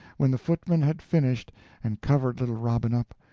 when the footman had finished and covered little robin up,